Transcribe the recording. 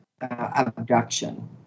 abduction